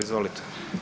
Izvolite.